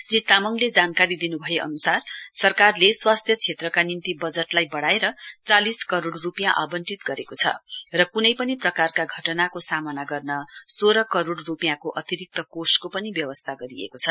श्री तामाङले जानकारी दिन् भएअन्सार सरकारले स्वास्थ्य क्षेत्रका निम्ति वजटलाई बडाएर चालिस करोड रूपियाँ आवन्टित गरेको र क्नै पनि प्रकारका घटनाको सामना गर्न सोह्न करोड रूपियाँको अतिरिक्त कोषको पनि व्यवस्था गरिएको छ